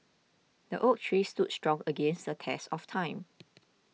the oak tree stood strong against the test of time